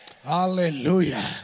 Hallelujah